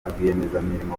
rwiyemezamirimo